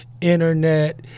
internet